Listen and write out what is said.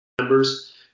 members